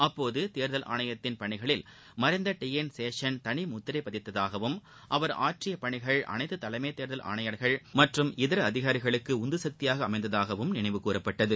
அப்போது தேர்தல் ஆணையத்தின் பணிகளில் மறைந்த டி என் சேஷன் தனி முத்திரை பதித்ததாகவும் அவர் ஆற்றிய பணிகள் அனைத்து தலைமைத் தேர்தல் ஆணையர்கள் மற்றும் இதர அதிகாரிகளுக்கு உந்துசக்தியாக அமைந்ததாகவும் நினைவுகூறப்பட்டது